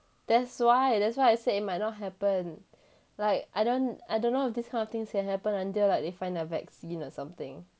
that's why that's why I said it might not happen like I don't I don't know if this kind of things can happen until like they find a vaccine or something